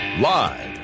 Live